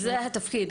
זה התפקיד.